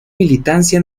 militancia